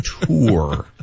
tour